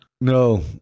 No